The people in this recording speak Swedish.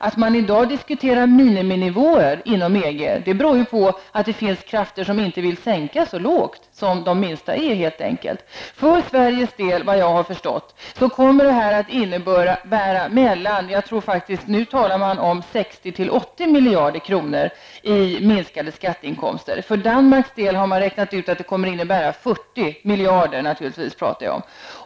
Att man i dag diskuterar miniminivåer inom EG beror på att det finns krafter som inte vill sänka skatterna så lågt. För Sveriges del, vad jag har förstått, kommer detta att innebära 60--80 miljarder kronor i minskade skatteintäkter. För Danmarks del kommer det att innebära 40 miljarder i minskning.